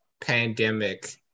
pandemic